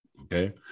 Okay